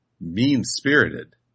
mean-spirited